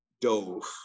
dove